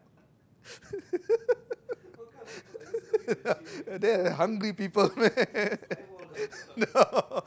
they are hungry people man no